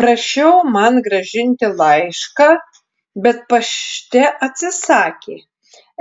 prašiau man grąžinti laišką bet pašte atsisakė